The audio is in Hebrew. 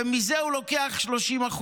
ומזה הוא לוקח 30%,